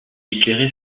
éclairait